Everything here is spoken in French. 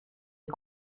les